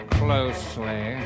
closely